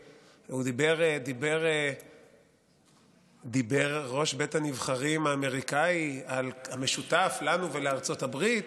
דיבר ראש בית הנבחרים האמריקאי על המשותף לנו ולארצות הברית,